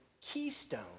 keystone